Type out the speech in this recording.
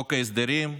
חוק ההסדרים,